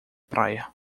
praia